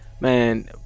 Man